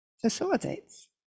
facilitates